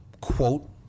quote